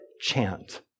chant